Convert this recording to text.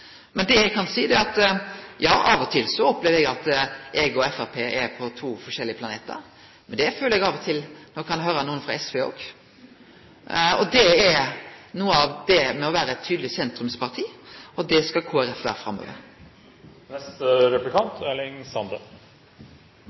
eg kan seie, er at ja, av og til opplever eg at eg og Framstegspartiet er på to forskjellige planetar, men det føler eg av og til når eg høyrer nokre frå SV òg. Det er noko av det å vere eit tydeleg sentrumsparti, og det skal Kristeleg Folkeparti vere